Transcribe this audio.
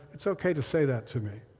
it's okay to say that to me.